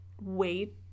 wait